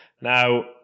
Now